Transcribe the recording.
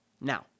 Now